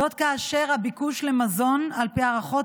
זאת כאשר הביקוש למזון על פי הערכות